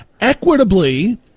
equitably